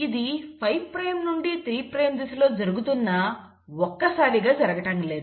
ఇది 5 ప్రైమ్ నుండి 3 ప్రైమ్ దిశలో జరుగుతున్నా ఒకేసారిగా జరగటం లేదు